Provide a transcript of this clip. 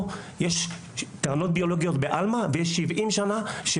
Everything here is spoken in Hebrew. יש טענות ביולוגיות בעלמא ויש 70 שנים של